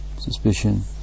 suspicion